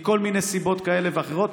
מכל מיני סיבות כאלה ואחרות.